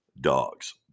dogs